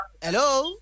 Hello